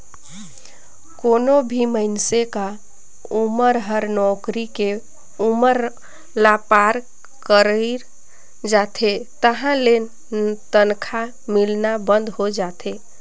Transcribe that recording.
कोनो भी मइनसे क उमर हर नउकरी के उमर ल पार कइर जाथे तहां ले तनखा मिलना बंद होय जाथे